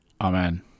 Amen